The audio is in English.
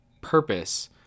purpose